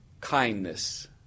kindness